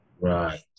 Right